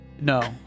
No